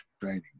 training